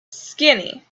skinny